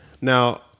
Now